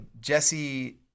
Jesse